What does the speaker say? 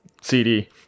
cd